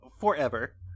forever